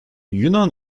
yunan